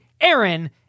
Aaron